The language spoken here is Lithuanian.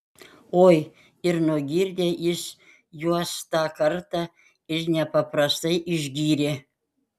oi ir nugirdė jis juos tą kartą ir nepaprastai išgyrė